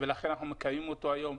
ולכן אנחנו מקיימים אותו היום.